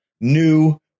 new